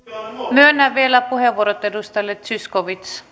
myönnän vielä puheenvuorot edustajille zyskowicz